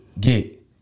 get